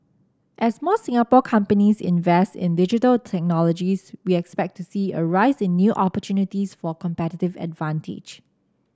as more Singapore companies invest in Digital Technologies we expect to see a rise in new opportunities for competitive advantage